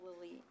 Lily